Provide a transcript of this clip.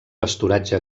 pasturatge